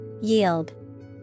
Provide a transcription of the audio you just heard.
Yield